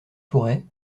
tourret